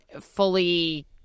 fully